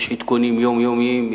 יש עדכונים יומיומיים,